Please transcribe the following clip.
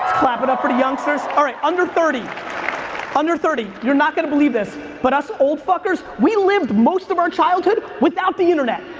clap it up for the youngsters. alright, under thirty under thirty you're not going to believe this but us old fuckers, we lived most of our childhood without the internet.